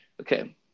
Okay